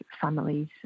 families